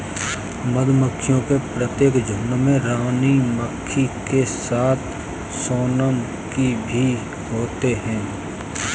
मधुमक्खियों के प्रत्येक झुंड में रानी मक्खी के साथ सोनम की भी होते हैं